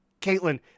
Caitlin